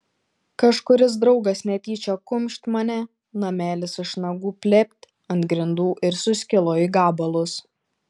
kažkuris draugas netyčią kumšt mane namelis iš nagų plept ant grindų ir suskilo į gabalus